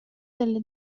delle